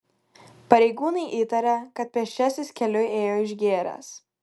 pareigūnai įtaria kad pėsčiasis keliu ėjo išgėręs